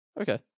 Okay